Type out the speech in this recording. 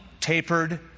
tapered